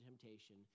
temptation